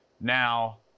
Now